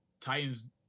Titans